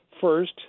First